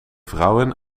vrouwen